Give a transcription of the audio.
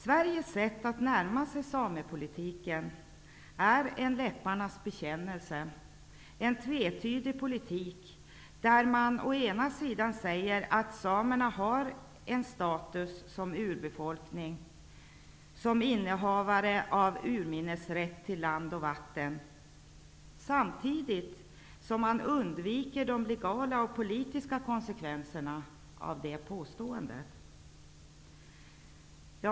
Sveriges sätt att närma sig samepolitiken är en läpparnas bekännelse. Det är en tvetydig politik. Å ena sidan säger man att samerna har en status som urbefolkning och innehavare av urminnesrätt til land och vatten, och å andra sidan undviker man de legala och politiska konsekvenserna av det påståendet.